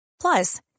Plus